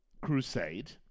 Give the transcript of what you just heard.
crusade